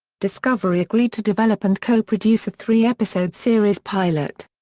discovery agreed to develop and co-produce a three-episode series pilot.